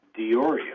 Dioria